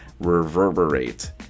reverberate